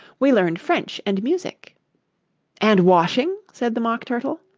we learned french and music and washing said the mock turtle.